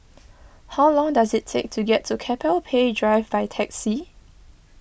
how long does it take to get to Keppel Bay Drive by taxi